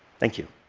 thank you.